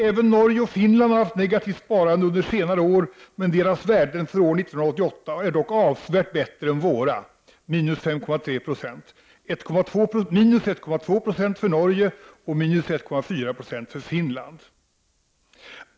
Även Norge och Finland har haft negativt sparande under senare år, men deras värden för år 1988 är dock avsevärt bättre än våra —5,3 20, dvs. —1,2 9 för Norge och —1,4 9 för Finland.